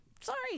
Sorry